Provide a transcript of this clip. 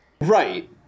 Right